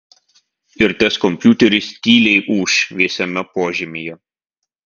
ir tas kompiuteris tyliai ūš vėsiame požemyje